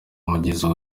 mugwiza